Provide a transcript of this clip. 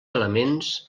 elements